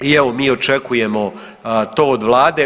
I evo mi očekujemo to od vlade.